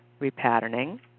repatterning